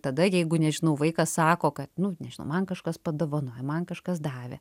tada jeigu nežinau vaikas sako kad nu nežinau man kažkas padovanojo man kažkas davė